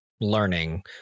learning